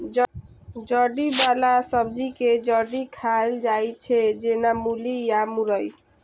जड़ि बला सब्जी के जड़ि खाएल जाइ छै, जेना मूली या मुरइ